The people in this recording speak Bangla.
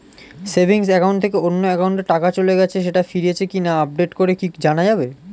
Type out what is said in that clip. সেভিংস একাউন্ট থেকে অন্য একাউন্টে টাকা চলে গেছে সেটা ফিরেছে কিনা আপডেট করে কি জানা যাবে?